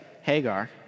Hagar